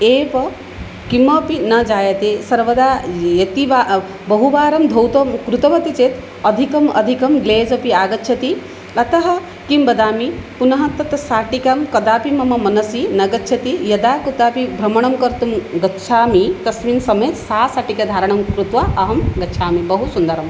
एव किमपि न जायते सर्वदा अतीव बहुवारं धौतः कृतवती चेत् अधिकं अधिकं ग्लेस् अपि आगच्छति अतः किं वदामि पुनः तत् शाटिका कदापि मम मनसि न गच्छति यदा कुत्रापि भ्रमणं कर्तुं गच्छामि तस्मिन् समये सा शाटिका धारणं कृत्वा अहं गच्छामि बहुसुन्दरी